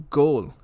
goal